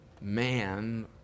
man